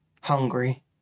hungry